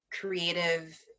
creative